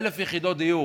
1,000 יחידות דיור,